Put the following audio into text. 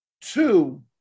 Two